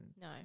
No